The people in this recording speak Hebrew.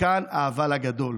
וכאן האבל הגדול,